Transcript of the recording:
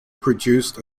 produced